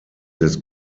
des